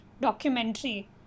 documentary